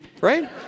right